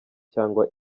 cyangwa